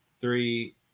three